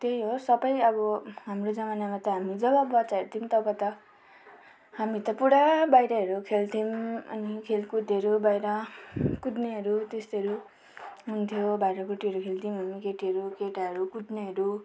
त्यही हो सबै अब हाम्रो जमानामा त हामी जब बच्चाहरू थियौँ तब त हामी त पुरा बाहिरहरू खेल्थ्यौँ अनि खेलकुदहरू बाहिर कुद्नेहरू त्यस्तोहरू हुन्थ्यो भाँडाकुटीहरू खेल्थ्यौँ हामी केटीहरू केटाहरू कुद्नेहरू